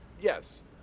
Yes